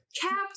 Captain